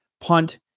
punt